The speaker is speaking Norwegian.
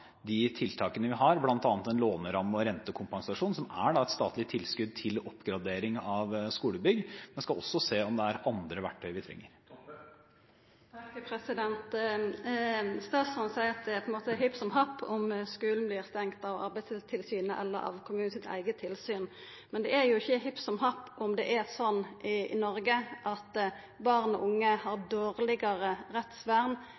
de tiltakene vi har, bl.a. en låneramme og rentekompensasjon, som er et statlig tilskudd til oppgradering av skolebygg. Men vi skal også se på om det er andre verktøy vi trenger. Statsråden seier at det på ein måte er hipp som happ om skulen vert stengd av Arbeidstilsynet eller av kommunens eige tilsyn. Men det er jo ikkje hipp som happ om det er slik i Noreg at barn og unge har dårlegare rettsvern